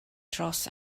dros